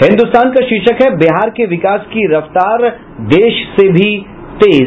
हिन्दुस्तान का शीर्षक है बिहार के विकास की रफ्तार देश से भी तेज